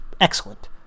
excellent